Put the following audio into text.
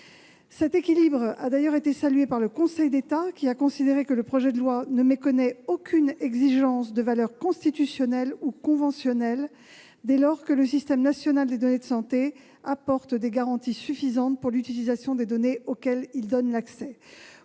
Cet équilibre a d'ailleurs été salué par le Conseil d'État. Il a considéré que le projet de loi ne méconnaît aucune exigence de valeur constitutionnelle ou conventionnelle, dès lors que le système national des données de santé apporte des garanties suffisantes pour l'utilisation des données auxquelles il donne accès.